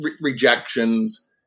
rejections